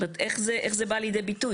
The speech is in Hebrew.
זאת אומרת, איך זה בא לידי ביטוי?